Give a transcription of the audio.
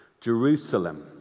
Jerusalem